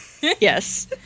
Yes